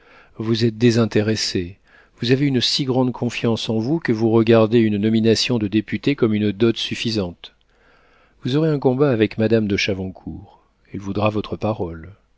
vous êtes désintéressé vous avez une si grande confiance en vous que vous regardez une nomination de député comme une dot suffisante vous aurez un combat avec madame de chavoncourt elle voudra votre parole